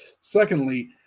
Secondly